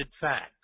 facts